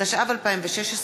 התשע"ו 2016,